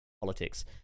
Politics